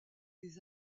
des